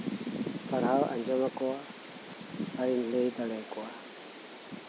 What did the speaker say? ᱯᱟᱲᱦᱟᱣ ᱟᱸᱡᱚᱢ ᱟᱠᱚᱣᱟ ᱟᱨᱤᱧ ᱞᱟᱹᱭ ᱫᱟᱲᱮ ᱟᱠᱚᱣᱟ